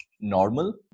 normal